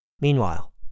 Meanwhile